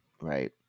right